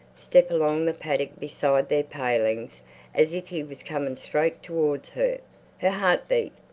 step along the paddock beside their palings as if he was coming straight towards her. her heart beat.